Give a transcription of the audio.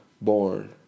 born